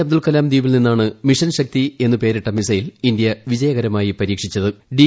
അബ്ദുൾ കലാം ദ്വീപിൽ നിന്നാണ് മിഷൻ ശക്തു എന്ന് പേരിട്ട മിസൈൽ ഇന്ത്യ വിജയകരമായി പരീക്ഷിച്ചത് ഡി